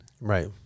right